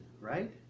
right